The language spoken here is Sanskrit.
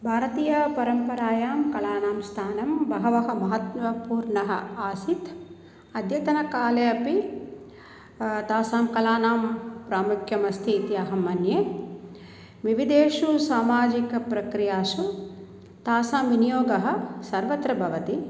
भारतीय परम्परायां कलानां स्थानं बहवः महत्वपूर्णः आसीत् अद्यतनकाले अपि तासां कलानां प्रामुख्यम् अस्ति इति अहं मन्ये विविधेषु सामाजिक प्रक्रियासु तासां विनियोगः सर्वत्र भवति